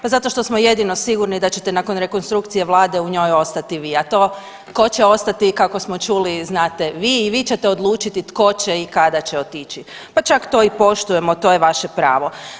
Pa zato što smo jedino sigurni da ćete nakon rekonstrukcije vlade u njoj ostati vi, a to tko će ostati kako smo čuli znate vi i vi ćete odlučiti tko će i kada će otići, pa čak to i poštujemo to je vaše pravo.